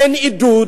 אין עידוד,